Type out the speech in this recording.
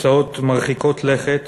הצעות מרחיקות לכת